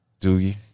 Doogie